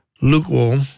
lukewarm